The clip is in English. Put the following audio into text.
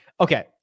okay